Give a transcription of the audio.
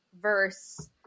verse